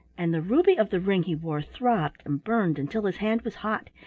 and the ruby of the ring he wore throbbed and burned until his hand was hot,